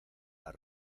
las